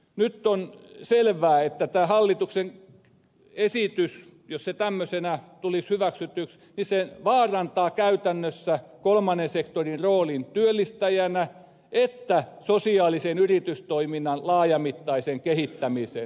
nyt on selvää että tämä hallituksen esitys jos se tämmöisenä tulisi hyväksytyksi sekä vaarantaa käytännössä kolmannen sektorin roolin työllistäjänä että sosiaalisen yritystoiminnan laajamittaisen kehittämisen